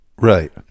Right